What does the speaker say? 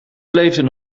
beleefden